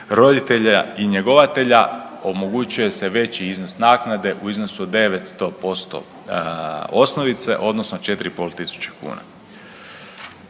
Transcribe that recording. roditelja i njegovatelja omogućuje se veći iznos naknade u iznosu od 900% osnovice, odnosno 4 i